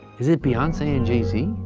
is it beyonce and jay-z?